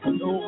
no